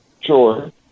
sure